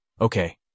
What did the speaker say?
Okay